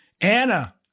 Anna